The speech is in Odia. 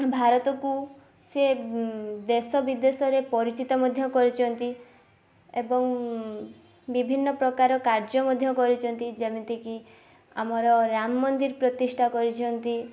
ଭାରତକୁ ସିଏ ଦେଶ ବିଦେଶରେ ପରିଚିତ ମଧ୍ୟ କରିଛନ୍ତି ଏବଂ ବିଭିନ୍ନ ପ୍ରକାର କାର୍ଯ୍ୟ ମଧ୍ୟ କରିଛନ୍ତି ଯେମିତିକି ଆମର ରାମ ମନ୍ଦିର ପ୍ରତିଷ୍ଠା କରିଛନ୍ତି